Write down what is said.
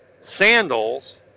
sandals